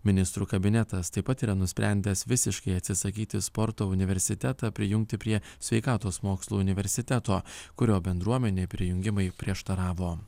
ministrų kabinetas taip pat yra nusprendęs visiškai atsisakyti sporto universitetą prijungti prie sveikatos mokslų universiteto kurio bendruomenė prijungimui prieštaravo